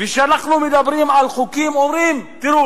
וכשאנחנו מדברים על חוקים מפלים נגד האזרחים הערבים,